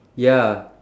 ya